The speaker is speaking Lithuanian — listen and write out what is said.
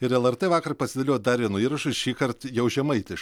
ir lrt vakar pasidalijo dar vienu įrašu šįkart jau žemaitiš